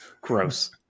Gross